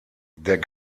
der